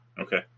Okay